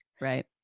Right